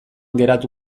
geratu